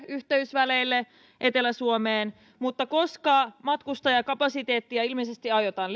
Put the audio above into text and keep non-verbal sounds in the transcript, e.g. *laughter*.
yhteysväleille etelä suomeen mutta koska matkustajakapasiteettia ilmeisesti aiotaan *unintelligible*